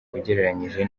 ugereranyije